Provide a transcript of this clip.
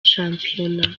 shampiyona